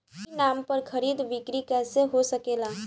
ई नाम पर खरीद बिक्री कैसे हो सकेला?